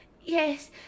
Yes